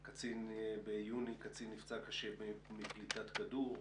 ביולי קצין נפצע קשה מפליטת כדור,